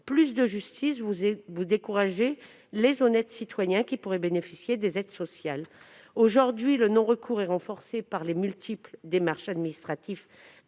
plus de justice, vous découragez les honnêtes citoyens qui pourraient bénéficier des aides sociales. Aujourd'hui, le non-recours est renforcé par les multiples démarches administratives